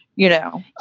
you know,